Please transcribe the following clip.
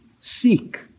Seek